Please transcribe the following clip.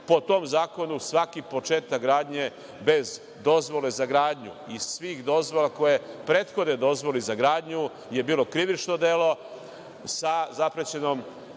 Po tom zakonu, svaki početak gradnje bez dozvole za gradnju i svih dozvola koje prethode dozvoli za gradnju je bio krivično delo sa zaprećenom